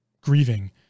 grieving